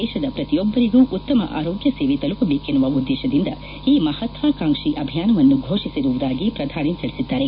ದೇಶದ ಪ್ರತಿಯೊಬ್ಬರಿಗೂ ಉತ್ತಮ ಆರೋಗ್ಲ ಸೇವೆ ತಲುಪದೇಕೆನ್ನುವ ಉದ್ಲೇಶದಿಂದ ಈ ಮಹತ್ವಾಕಾಂಕ್ಷಿ ಅಭಿಯಾನವನ್ನು ಘೋಷಿಸಿರುವುದಾಗಿ ಪ್ರಧಾನಿ ತಿಳಿಸಿದ್ದಾರೆ